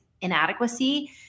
inadequacy